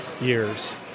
years